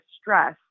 stress